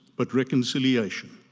but reconciliation,